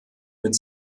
mit